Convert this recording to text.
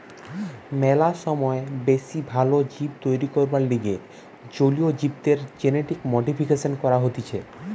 ম্যালা সময় বেশি ভাল জীব তৈরী করবার লিগে জলীয় জীবদের জেনেটিক মডিফিকেশন করা হতিছে